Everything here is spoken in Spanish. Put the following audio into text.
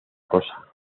cosa